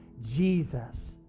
Jesus